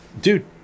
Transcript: Dude